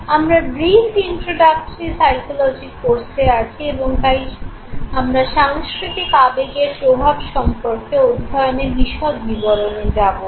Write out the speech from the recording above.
আমরা brief introductory psychology কোর্সে আছি এবং তাই আমরা সাংস্কৃতিক আবেগের প্রভাব সম্পর্কে অধ্যয়নের বিশদ বিবরণে যাব না